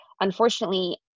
unfortunately